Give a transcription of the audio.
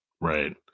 Right